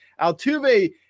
Altuve